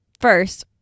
First